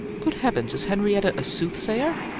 good heavens! is henrietta a soothsayer?